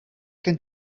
gen